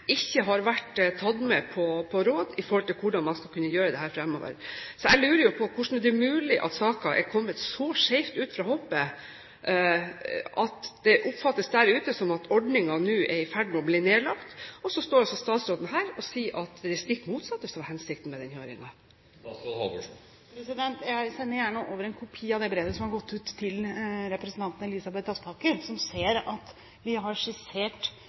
har kommet så skjevt ut fra hoppet at det der ute oppfattes som om ordningen nå er i ferd med å bli nedlagt. Så står altså statsråden her og sier at hensikten med høringen er det stikk motsatte. Jeg sender gjerne over en kopi av det brevet som har gått ut, til representanten Elisabeth Aspaker. Der kan hun se at vi har skissert